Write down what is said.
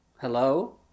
Hello